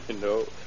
No